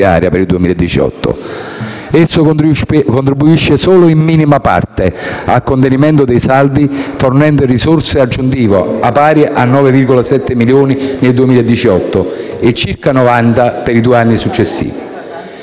per il 2018. Esso contribuisce solo in minima parte al contenimento dei saldi, fornendo risorse aggiuntive pari a 9,7 milioni per il 2018 e circa 90 milioni per i due anni successivi.